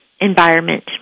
environment